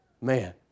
man